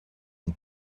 and